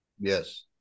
Yes